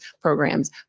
programs